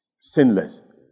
sinless